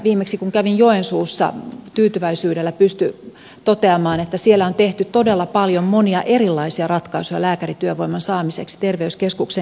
viimeksi kun kävin joensuussa tyytyväisyydellä pystyi toteamaan että siellä on tehty todella paljon monia erilaisia ratkaisuja lääkärityövoiman saamiseksi terveyskeskukseen